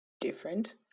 different